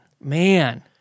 man